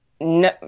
no